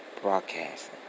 Broadcasting